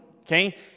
okay